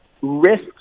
Risks